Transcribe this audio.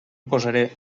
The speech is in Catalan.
posaré